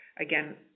again